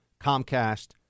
Comcast